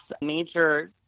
major